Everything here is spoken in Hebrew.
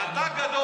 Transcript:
כל הכבוד, אתה גדול.